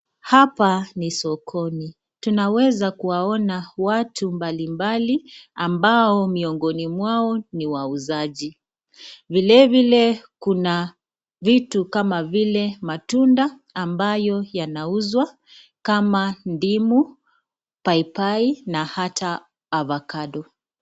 Hapa ni sokoni tunaweza kuwaona watu mbalimbali ambao miongoni mwao ni wauzaji. Vilevile, kuna vitu kama vile matunda ambayo yanauzwa kama ndimu, paipai na hata avakado .